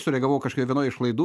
sureagavau kažkaip vienoj iš laidų